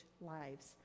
lives